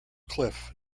cliff